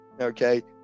okay